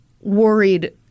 worried